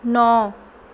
ਨੌ